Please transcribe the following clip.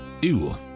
Ew